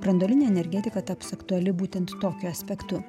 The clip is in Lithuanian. branduolinė energetika taps aktuali būtent tokiu aspektu